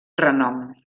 renom